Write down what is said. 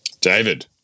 David